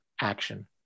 action